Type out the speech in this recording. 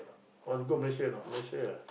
want to go Malaysia or not Malaysia